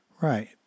Right